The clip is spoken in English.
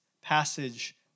passage